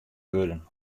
wurden